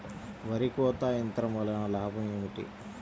వరి కోత యంత్రం వలన లాభం ఏమిటి?